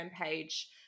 page